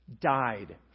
died